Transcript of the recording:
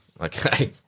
Okay